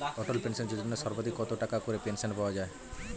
অটল pension Yojana সর্বাধিক কত টাকা করে পেনশন পাওয়া যায়?